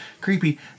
creepy